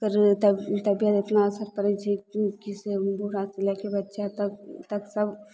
एकर तब तबियत एतना असर पड़य छै की से बूढ़ासँ ले के बच्चा तक तक सब